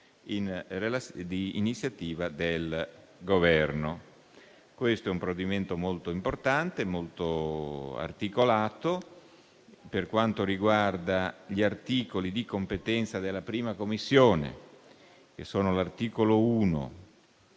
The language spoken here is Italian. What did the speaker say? di iniziativa del Governo. Questo è un provvedimento molto importante e articolato. Per quanto riguarda gli articoli di competenza della 1a Commissione, che sono gli articoli 1,